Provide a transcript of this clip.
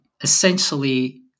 essentially